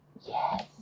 yes